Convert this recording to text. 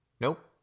nope